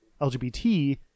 LGBT